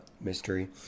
mystery